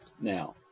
Now